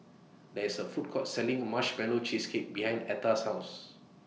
There IS A Food Court Selling Marshmallow Cheesecake behind Etta's House